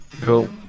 Cool